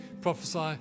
prophesy